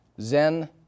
Zen